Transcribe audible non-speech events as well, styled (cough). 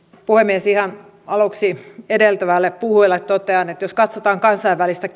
puhemies ihan aluksi edeltävälle puhujalle totean että jos katsotaan kansainvälistä (unintelligible)